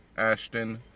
Ashton